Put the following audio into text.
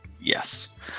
Yes